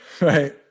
Right